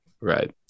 Right